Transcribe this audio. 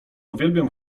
uwielbiam